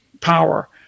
power